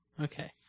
Okay